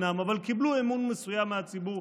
אבל קיבלו אמון מסוים מהציבור,